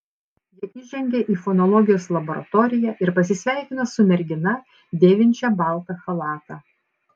jie įžengia į fonologijos laboratoriją ir pasisveikina su mergina dėvinčia baltą chalatą